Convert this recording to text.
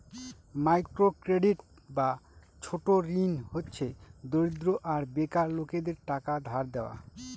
micro credit বা ছোট ঋণ হচ্ছে দরিদ্র আর বেকার লোকেদের টাকা ধার দেওয়া